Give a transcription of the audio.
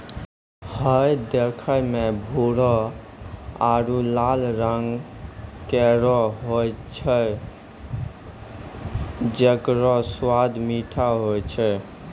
हय देखै म भूरो आरु लाल रंगों केरो होय छै जेकरो स्वाद मीठो होय छै